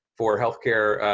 for healthcare,